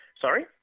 Sorry